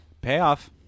payoff